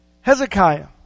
Hezekiah